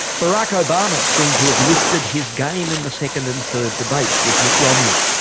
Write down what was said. barack obama seemed to have lifted his game in the second and third debates with mitt romney.